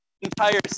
entire